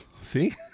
see